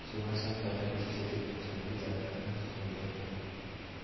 सुभाषान बटाट्याची शेती करुच्यासाठी जाणकारांचो सल्लो घेतल्यान